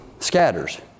scatters